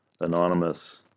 anonymous